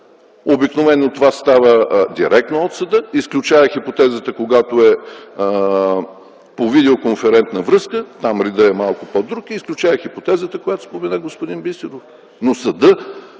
Обикновено това става директно от съда, изключвайки хипотезата, когато е по видео - конферентна връзка, там редът е малко по-друг, и изключая хипотезата, която спомена господин Бисеров.